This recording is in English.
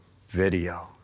video